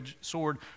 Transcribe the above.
sword